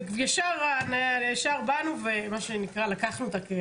ישר באנו ולקחנו אותה.